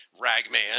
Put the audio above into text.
Ragman